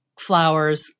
flowers